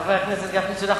חבר הכנסת גפני, תודה.